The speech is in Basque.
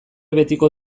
betiko